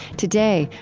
today,